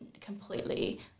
completely